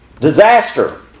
Disaster